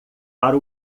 para